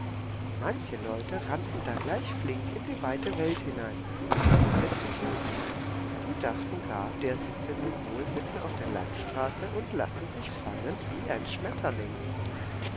manche leute rannten da gleich flink in die weite welt hinein um kasperle zu suchen die dachten gar der sitze nun wohl mitten auf der landstraße und lasse sich fangen wie ein schmetterling